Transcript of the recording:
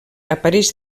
apareix